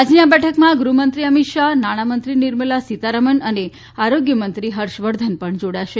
આજની આ બેઠકમાં ગૃહમંત્રી અમીતશાહ નાંણામંત્રી નિર્મલા સીતારમણ અને આરોગ્યમંત્રી હર્ષવર્ધન પણ જોડાશે